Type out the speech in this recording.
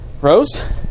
Rose